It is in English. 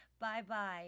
Bye-bye